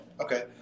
okay